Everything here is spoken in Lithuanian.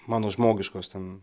mano žmogiškos ten